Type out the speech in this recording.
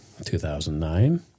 2009